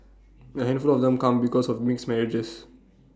A handful of them come because of mixed marriages